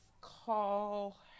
call